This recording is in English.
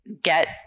get